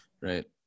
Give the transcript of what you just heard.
right